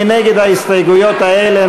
מי נגד ההסתייגויות האלה?